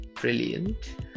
brilliant